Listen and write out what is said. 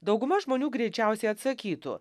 dauguma žmonių greičiausiai atsakytų